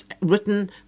written